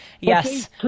Yes